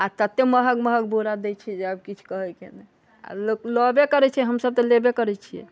आओर तत्ते महग महग बोरा दै छै जे आब किछु कहै के नहि आओर लोक लेबे करै छै हमसब तऽ लेबे करै छियै